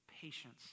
patience